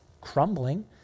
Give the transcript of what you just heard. crumbling